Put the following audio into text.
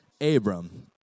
Abram